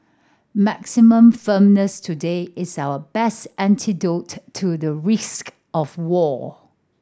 maximum firmness today is our best antidote to the risk of war